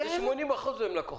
80% מהם לקוחות עבר.